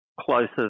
closer